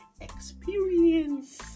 experience